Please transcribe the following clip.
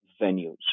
venues